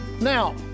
Now